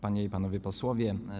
Panie i Panowie Posłowie!